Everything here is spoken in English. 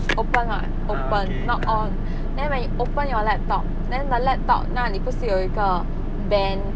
open what open not on then when you open your laptop then the laptop 那里不是有一个 band